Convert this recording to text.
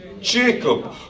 Jacob